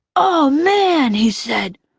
oh man! he said,